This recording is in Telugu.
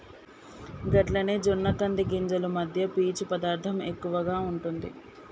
గట్లనే జొన్న కంది గింజలు మధ్య పీచు పదార్థం ఎక్కువగా ఉంటుంది